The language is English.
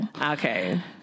Okay